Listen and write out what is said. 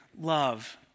love